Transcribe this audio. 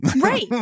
Right